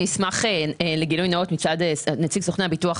אני אשמח לגילוי נאות מצד נציג סוכני הביטוח.